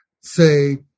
say